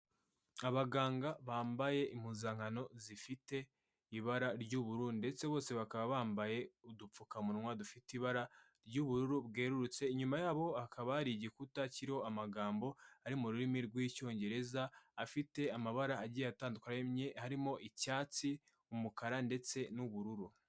Abaganga bambaye impuzankano zifite ibara ry'ubururu, ndetse bose bakaba bambaye udupfukamunwa dufite ibara ry'ubururu bwerurutse, inyuma yabo hakaba ari igikuta kirimo amagambo ari mu rurimi rw'Icyongereza, afite amabara agiye atandukanye, harimo icyatsi, umukara ndetse n'ubururu.